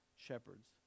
shepherds